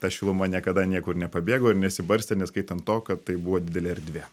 ta šiluma niekada niekur nepabėgo ir nesibarstė neskaitant to kad tai buvo didelė erdvė